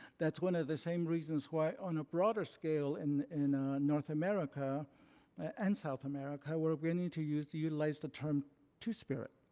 that's one of the same reasons why on a broader scale in in north america and south america, we're going to need to use to utilize the term two-spirit.